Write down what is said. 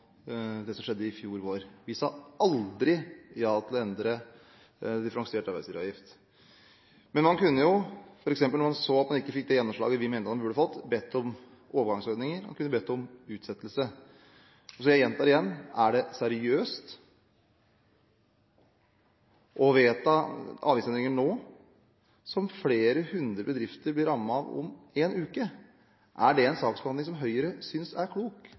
det som skjedde i fjor vår. Vi sa aldri ja til å endre differensiert arbeidsgiveravgift. Men man kunne jo, f.eks. da man så at man ikke fikk det gjennomslaget vi mente at man burde fått, bedt om overgangsordninger, man kunne bedt om utsettelse. Jeg gjentar: Er det seriøst å vedta avgiftsendringer nå som flere hundre bedrifter blir rammet av, om én uke? Er det en saksbehandling Høyre synes er klok, som Høyre synes er